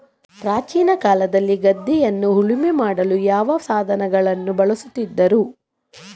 ಪ್ರಾಚೀನ ಕಾಲದಲ್ಲಿ ಗದ್ದೆಯನ್ನು ಉಳುಮೆ ಮಾಡಲು ಯಾವ ಸಾಧನಗಳನ್ನು ಬಳಸುತ್ತಿದ್ದರು?